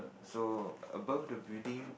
so above the building